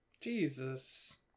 Jesus